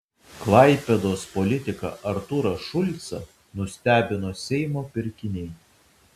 klaipėdos politiką artūrą šulcą nustebino seimo pirkiniai